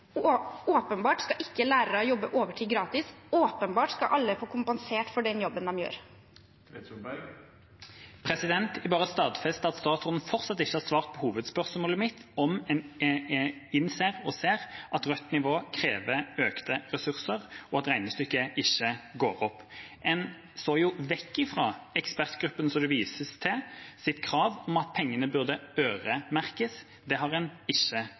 Åpenbart skal lærere ikke jobbe overtid gratis, og åpenbart skal alle få kompensert for den jobben de gjør. Jeg bare stadfester at statsråden fortsatt ikke har besvart hovedspørsmålet mitt – om hun innser at rødt nivå krever økte ressurser, og at regnestykket ikke går opp. En så vekk fra kravet fra ekspertgruppen som det vises til, om at pengene burde øremerkes. Det har en ikke